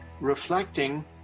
reflecting